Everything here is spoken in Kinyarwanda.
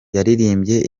yaririmbye